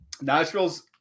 Nashville's